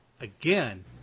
again